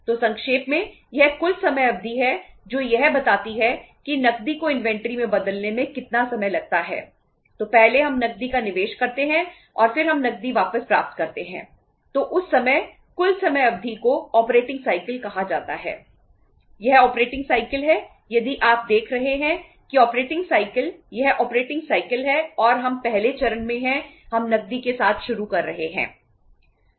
तो संक्षेप में यह कुल समय अवधि है जो यह बताती है कि नकदी को इन्वेंट्री है और हम पहले चरण में हैं हम नकदी के साथ शुरू कर रहे हैं